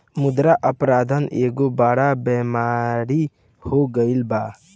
मृदा अपरदन एगो बड़ बेमारी हो गईल बा